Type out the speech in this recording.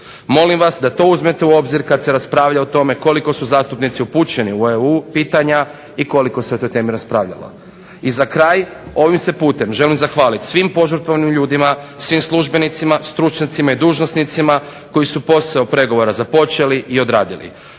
Molim vas da to uzmete u obzir kad se raspravlja o tome koliko su zastupnici upućeni u EU pitanja i koliko se o toj temi raspravljalo. I za kraj ovim se putem želim zahvalit svim požrtvovnim ljudima, svim službenicima, stručnjacima i dužnosnicima koji su posao pregovora započeli i odradili.